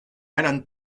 alan